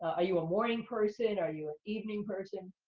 are you a morning person? are you an evening person?